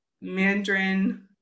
mandarin